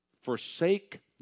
Forsake